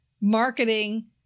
marketing